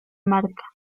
marca